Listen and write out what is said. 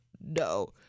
No